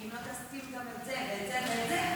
כי אם לא תשים גם את זה ואת זה ואת זה,